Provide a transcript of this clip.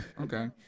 Okay